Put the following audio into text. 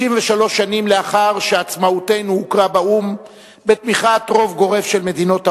63 שנים לאחר שעצמאותנו הוכרה באו"ם בתמיכת רוב גורף של מדינות העולם,